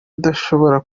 udashobora